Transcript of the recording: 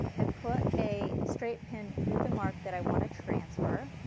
i put a straight pin through the mark that i want to transfer